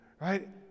right